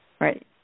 Right